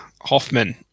Hoffman